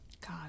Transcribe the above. god